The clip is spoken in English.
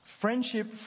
Friendship